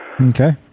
Okay